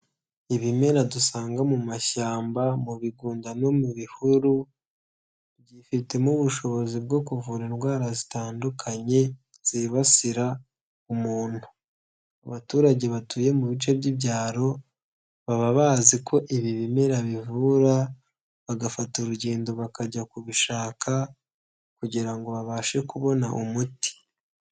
Ibimera dusanga mu mashyamba mu bigunda no mu bihuru byifitemo ubushobozi bwo kuvura indwara zitandukanye zibasira umuntu. Abaturage batuye mu bice by'ibyaro baba bazi ko ibi bimera bivura bagafata; urugendo bakajya kubishaka kugirango ngo babashe kubona umuti.